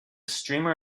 streamer